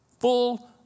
Full